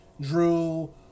Drew